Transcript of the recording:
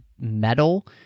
Metal